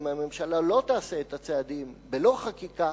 אם הממשלה לא תעשה את הצעדים ולא חקיקה,